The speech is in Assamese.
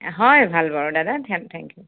হয় ভাল বাৰু দাদা থেংক ইউ